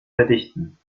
verdichten